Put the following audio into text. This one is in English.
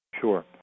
Sure